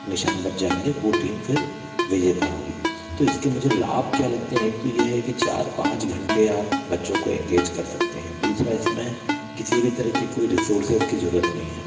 निशान बच जाएंगे वह टीम फिर विजेता होगी तो इसके मुझे लाभ क्या लगते हैं एक तो यह है कि चार पाँच घंटे आप बच्चों को इंगेज़ कर सकते हैं दूसरा इसमें किसी भी तरह के कोई रिसोर्सेस की ज़रूरत नहीं है